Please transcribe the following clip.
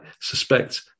suspect